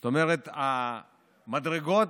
זאת אומרת, המדרגות,